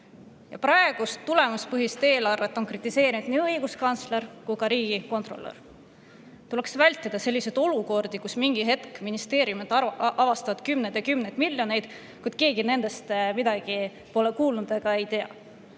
Praegust tulemuspõhist eelarvet on kritiseerinud nii õiguskantsler kui ka riigikontrolör. Tuleks vältida selliseid olukordi, kus mingi hetk ministeeriumid avastavad kümneid ja kümneid miljoneid eurosid, kuid keegi nendest midagi ei tea